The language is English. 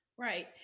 Right